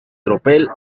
tropel